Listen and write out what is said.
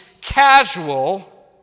casual